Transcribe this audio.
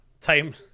time